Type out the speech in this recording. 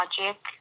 logic